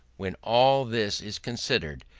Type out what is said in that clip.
when all this is considered,